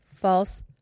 false